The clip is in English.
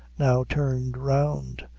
now turned round,